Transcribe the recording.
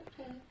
Okay